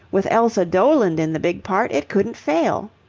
with elsa doland in the big part, it couldn't fail.